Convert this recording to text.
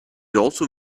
also